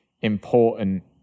important